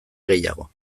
gehiago